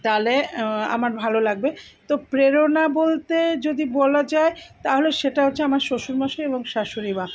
তাহলে আমার ভাল লাগবে তো প্রেরণা বলতে যদি বলা যায় তাহলে সেটা হচ্ছে আমার শ্বশুরমশাই এবং শাশুড়ি মা